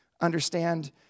understand